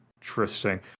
interesting